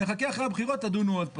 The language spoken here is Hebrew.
נחכה אחרי הבחירות תדונו עוד פעם.